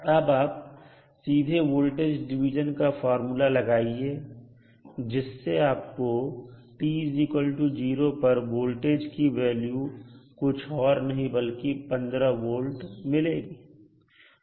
अब आप सीधे वोल्टेज डिवीजन का फार्मूला लगाइए जिससे आपको t0 पर वोल्टेज की वैल्यू कुछ और नहीं बल्कि 15 V मिलेगी